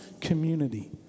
community